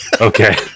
Okay